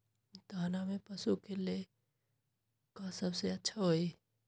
दाना में पशु के ले का सबसे अच्छा होई?